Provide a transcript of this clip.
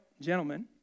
gentlemen